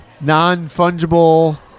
Non-fungible